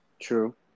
True